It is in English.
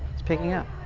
it's picking up.